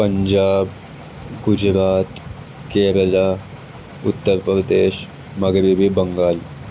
پنجاب گجرات کیرلا اتر پردیش مغربی بنگال